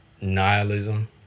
nihilism